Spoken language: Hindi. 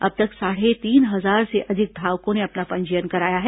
अब तक साढ़े तीन हजार से अधिक धावकों ने अपना पंजीयन कराया है